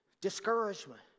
discouragement